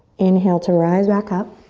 inhale to rise back up,